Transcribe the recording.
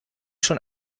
schon